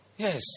Yes